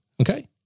Okay